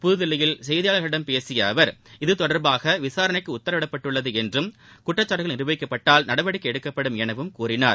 புதுதில்லியில் செய்தியாளர்களிடம் பேசிய அவர் இதுதொடர்பாக விசாரணைக்கு உத்தரவிடப்பட்டுள்ளது என்றும் குற்றச்சாட்டுகள் நிருபிக்கப்பட்டால் நடவடிக்கை எடுக்கப்படும் எனவும் கூறினார்